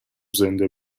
زنده